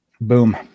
Boom